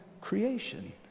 creation